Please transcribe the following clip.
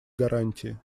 гарантии